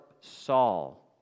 Saul